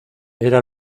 era